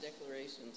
declarations